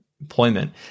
employment